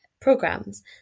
Programs